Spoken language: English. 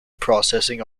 processing